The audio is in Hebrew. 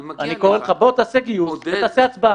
אני קורא לך: בוא תעשה, גיוס ותעשה הצבעה.